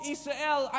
Israel